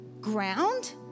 ground